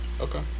Okay